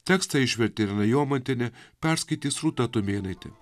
tekstą išvertė irena jomantienė perskaitys rūta tumėnaitė